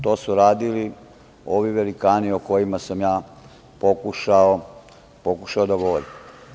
To su radili ovi velikani o kojima sam ja pokušao da govorim.